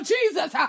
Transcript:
Jesus